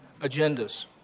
agendas